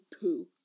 poo